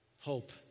hope